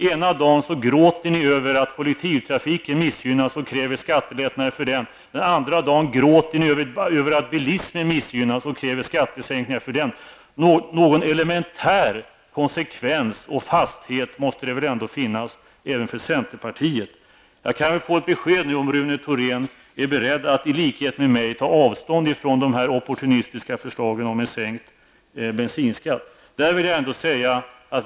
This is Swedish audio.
Ena dagen gråter ni över att kollektivtrafiken missgynnas och kräver skattelättnader för den, andra dagen gråter ni över att bilismen missgynnas och kräver skattelättnader för den. Någon elementär konsekvens och fasthet måste det väl ändå finnas även för centerpartiet. Jag kan väl få ett besked, om Rune Thorén i likhet med mig är beredd att ta avstånd från de opportunistiska förslagen om en sänkt bensinskatt.